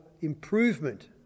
improvement